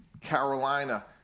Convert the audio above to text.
Carolina